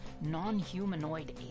non-humanoid